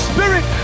Spirit